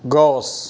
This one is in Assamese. গছ